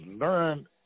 learn